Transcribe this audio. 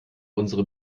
unsere